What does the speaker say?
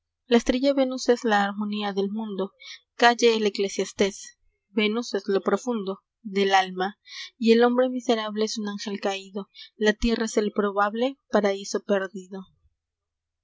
la estrella venus es la harmonía del mundo calle el eclesiastés venus es lo profundo del alma y el hombre miserable es un ángel caído la tierra es el probable paraíso perdido